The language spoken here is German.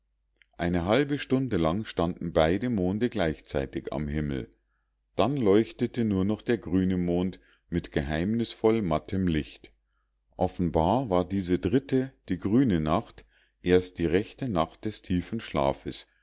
eine halbe stunde lang standen beide monde gleichzeitig am himmel dann leuchtete nur noch der grüne mond mit geheimnisvoll mattem licht offenbar war diese dritte die grüne nacht erst die rechte nacht des tiefen schlafes